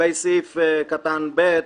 לגבי סעיף קטן (ב),